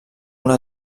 una